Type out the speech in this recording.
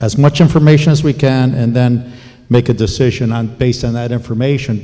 as much information as we can and then make a decision on based on that information